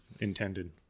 intended